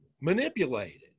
manipulated